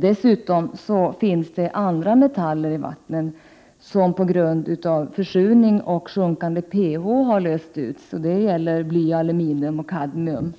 Dessutom finns andra metaller i vattnen, som på grund av försurning, sjunkande pH, har lösts ut. Det gäller bly, aluminium, kadmium,